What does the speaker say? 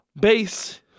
Base